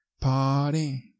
party